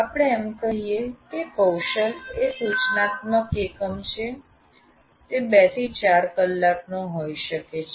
આપણે એમ કહીએ કે કૌશલ એ એક સૂચનાત્મક એકમ છે તે 2 થી 4 કલાકનો હોઈ શકે છે